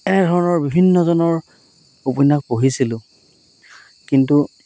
এনেধৰণৰ বিভিন্নজনৰ উপন্যাস পঢ়িছিলোঁ কিন্তু